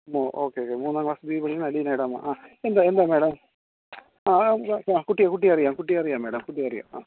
ഓ okay okay മൂന്നാങ്ക്ളാസ് B പഠിക്കുന്ന അലീനയുടെ അമ്മ ആ എന്താ എന്താ മേഡം ആ ആ ആ കുട്ടിയെ കുട്ടിയെ അറിയാം കുട്ടിയെ അറിയാം മേഡം കുട്ടിയെ അറിയാം ആ